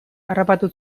harrapatu